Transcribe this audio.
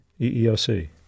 EEOC